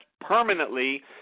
permanently